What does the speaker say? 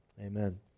Amen